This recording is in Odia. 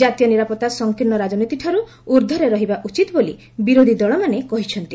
କାତୀୟ ନିରାପତ୍ତା ସଂକୀର୍ଷ୍ଣ ରାଜନୀତିଠାରୁ ୍ଉର୍ଦ୍ଧ୍ୱରେ ରହିବା ଉଚିତ ବୋଲି ବିରୋଧୀ ଦଳମାନେ କହିଛନ୍ତି